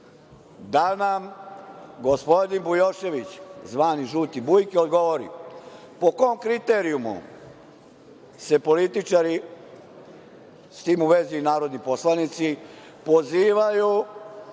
da nam gospodin Bujošević, zvani Žuti Bujke, odgovori po kom kriterijumu se političari, s tim u vezi i narodni poslanici, pozivaju